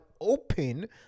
open